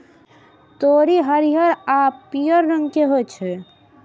तोरी हरियर आ पीयर रंग के होइ छै